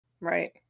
Right